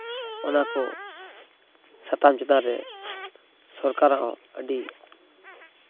ᱚᱱᱟᱠᱚ ᱥᱟᱛᱟᱢ ᱪᱮᱛᱟᱱ ᱨᱮ ᱥᱚᱨᱠᱟᱨᱟᱜ ᱦᱚᱸ ᱟᱹᱰᱤ